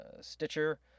Stitcher